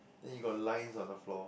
then you got lines on the floor